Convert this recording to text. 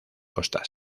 costas